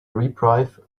reprieve